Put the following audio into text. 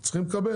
הם צריכים לקבל,